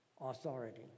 authority